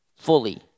fully